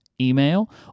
email